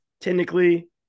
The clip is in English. Technically